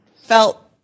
felt